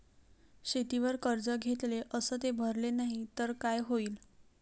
शेतीवर कर्ज घेतले अस ते भरले नाही तर काय होईन?